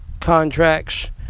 contracts